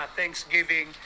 Thanksgiving